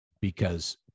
because-